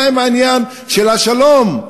מה עם העניין של השלום?